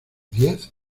diez